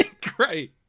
great